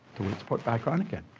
the weight's put back on again.